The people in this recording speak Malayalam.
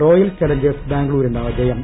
റോയൽ ചലഞ്ചേഴ്സ് ബാംഗ്ലൂരിന് ജയം